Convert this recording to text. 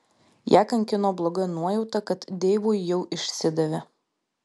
ją kankino bloga nuojauta kad deivui jau išsidavė